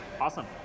Awesome